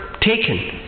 taken